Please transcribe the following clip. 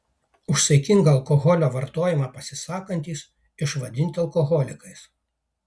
už saikingą alkoholio vartojimą pasisakantys išvadinti alkoholikais